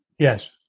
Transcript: Yes